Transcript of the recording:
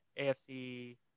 AFC